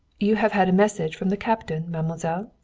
you have had a message from the captain, mademoiselle?